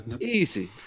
Easy